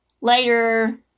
Later